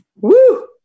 Woo